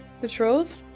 patrols